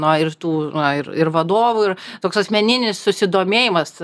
na ir tų na ir ir vadovų ir toks asmeninis susidomėjimas